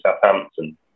Southampton